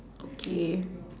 okay